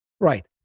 right